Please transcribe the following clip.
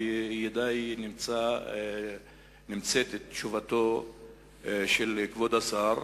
בידי נמצאת תשובתו של כבוד השר,